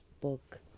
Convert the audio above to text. book